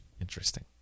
Interesting